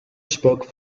spoke